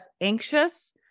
anxious